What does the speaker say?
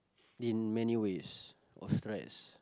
in many ways of stress